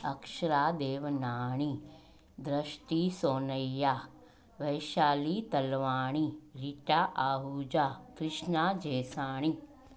Akshara Devnani Drishti Sonaiya Vaishali Talwani Rita Ahuja Krishna Jesani